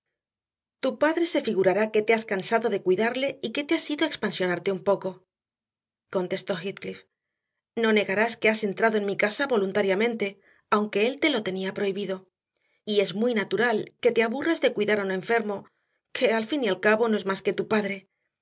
tu padre se figurará que te has cansado de cuidarle y que te has ido a expansionarte un poco contestó heathcliff no negarás que has entrado en mi casa voluntariamente aunque él te lo tenía prohibido y es muy natural que te aburras de cuidar a un enfermo que al fin y al cabo no es más que tu padre